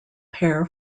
pair